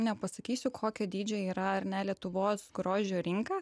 nepasakysiu kokio dydžio yra ar ne lietuvos grožio rinka